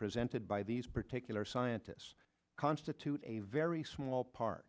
presented by these particular scientists constitute a very small part